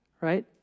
Right